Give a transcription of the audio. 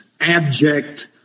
abject